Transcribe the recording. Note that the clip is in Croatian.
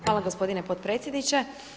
Hvala gospodine potpredsjedniče.